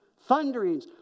Thunderings